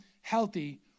healthy